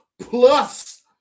plus